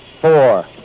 four